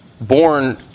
born